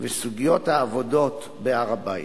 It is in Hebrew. וסוגיות העבודות בהר-הבית.